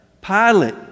Pilate